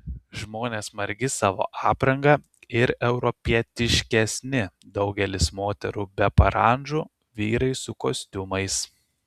žmonės margi savo apranga ir europietiškesni daugelis moterų be parandžų vyrai su kostiumais